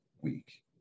week